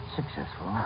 successful